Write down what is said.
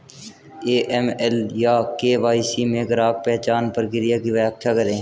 AML या KYC में ग्राहक पहचान प्रक्रिया की व्याख्या करें?